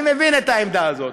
אני מבין את העמדה הזאת,